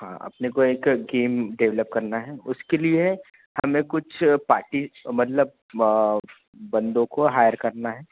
हाँ अपने को एक गेम डेवेलोप करना है उसके लिए हमें कुछ पार्टी मतलब व बन्दों को हायर करना है